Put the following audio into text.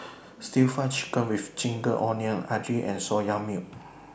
Stir Fry Chicken with Ginger Onions Idly and Soya Milk